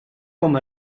com